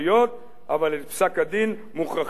אבל את פסק-הדין מוכרחים לבצע".